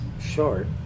short